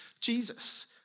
Jesus